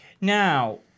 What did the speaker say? Now